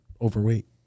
overweight